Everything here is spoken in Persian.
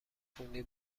خونی